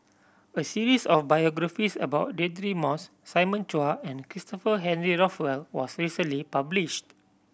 a series of biographies about Deirdre Moss Simon Chua and Christopher Henry Rothwell was recently published